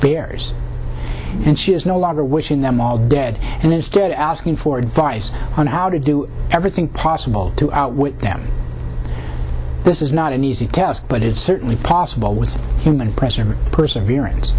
bears and she is no longer wishing them all dead and instead of asking for advice on how to do everything possible to outwit them this is not an easy task but it's certainly possible with human pressure perseverance